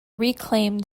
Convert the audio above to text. reclaimed